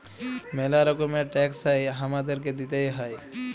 ম্যালা রকমের ট্যাক্স হ্যয় হামাদেরকে দিতেই হ্য়য়